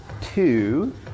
two